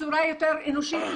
בצורה יותר אנושית,